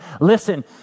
Listen